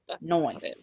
noise